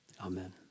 Amen